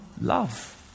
love